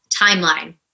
timeline